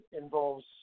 involves